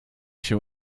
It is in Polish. się